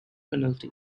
penalty